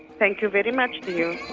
thank you very much.